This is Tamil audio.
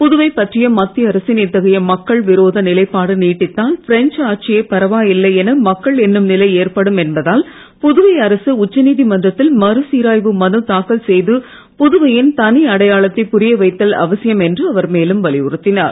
புதுவை பற்றிய மத்திய அரசின் இத்தகைய மக்கள் விரோத நிலைப்பாடு நீடித்தால் பிரெஞ்ச் ஆட்சியே பரவாயில்லை என மக்கள் எண்ணும் நிலை ஏற்படும் என்பதால் புதுவை அரசு உச்ச நீதிமன்றத்தில் மறு சீராய்வு மனு தாக்கல் செய்து புதுவையின் தனி அடையாளத்தை புரிய வைத்தல் அவசியம் என்று அவர் மேலும் வலியுறத்தினார்